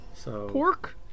Pork